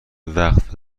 وقت